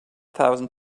thousand